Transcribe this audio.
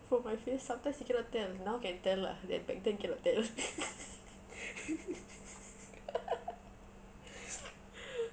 from my face sometimes you cannot tell now can tell lah then back then cannot tell